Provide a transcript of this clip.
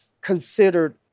considered